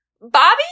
Bobby